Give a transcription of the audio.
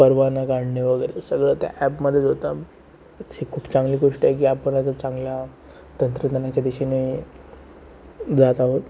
परवाना काढणे वगैरे सगळं त्या ॲपमध्येच होतं हिची खूप चांगली गोष्ट आहे की आपण आता चांगल्या तंत्रज्ञानाच्या दिशेने जात आहोत